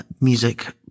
music